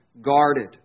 guarded